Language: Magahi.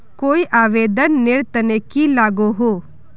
कोई आवेदन नेर तने की लागोहो?